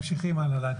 ממשיכים הלאה.